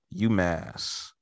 UMass